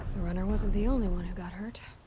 the runner wasn't the only one who got hurt.